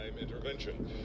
intervention